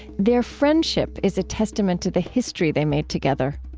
their friendship is a testament to the history they made together.